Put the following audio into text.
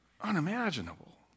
unimaginable